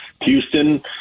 Houston